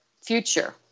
future